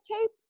tape